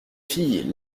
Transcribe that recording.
fille